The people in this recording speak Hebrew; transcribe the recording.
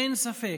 אין ספק